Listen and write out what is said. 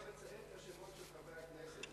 אתה יכול לציין את שמות חברי הכנסת,